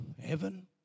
heaven